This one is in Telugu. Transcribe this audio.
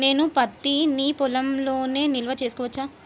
నేను పత్తి నీ పొలంలోనే నిల్వ చేసుకోవచ్చా?